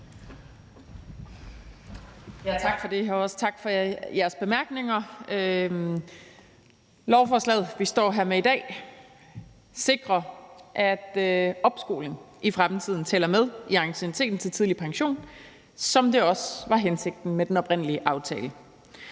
Tak for det. Og også tak for jeres bemærkninger. Lovforslaget, som vi står med her, sikrer, at opskoling i fremtiden tæller med i anciennitet til tidlig pension, som det også var hensigten med den oprindelige aftale.